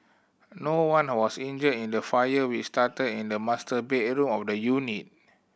no one was injured in the fire which started in the master bedroom of the unit